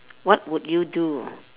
what would you do